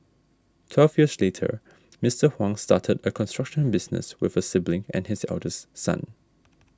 twelve years later Mister Huang started a construction business with a sibling and his eldest son